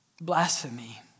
Blasphemy